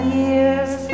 years